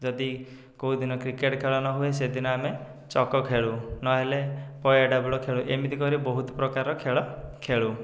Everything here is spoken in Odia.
ଯଦି କେଉଁ ଦିନ କ୍ରିକେଟ୍ ଖେଳ ନ ହୁଏ ସେଦିନ ଆମେ ଚକ ଖେଳୁ ନହେଲେ ପୟାଡବ୍ଲୁ ଖେଳୁ ଏମିତି କରିକି ବହୁତ ପ୍ରକାର ଖେଳ ଖେଳୁ